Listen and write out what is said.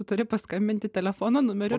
tu turi paskambinti telefono numeriu